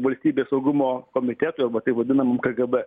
valstybės saugumo komitetui arba taip vadinamam kgb